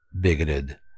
bigoted